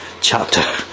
chapter